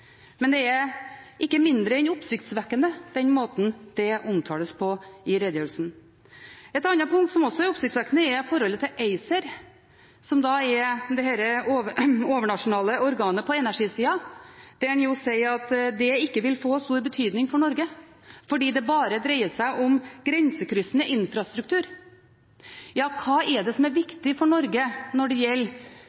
måten dette omtales på i redegjørelsen. Et annet punkt som også er oppsiktsvekkende, er forholdet til ACER, som er det overnasjonale organet på energisida, der en sier at det ikke vil få stor betydning for Norge, fordi det bare dreier seg om grensekryssende infrastruktur. Ja, hva er det som er